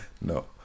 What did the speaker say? No